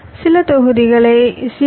சில தொகுதிகளை சி